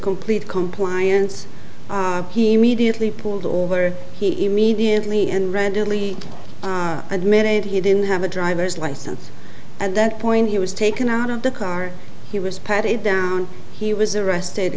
complete compliance he immediately pulled over he immediately and readily admitted he didn't have a driver's license at that point he was taken out of the car he was patted down he was arrested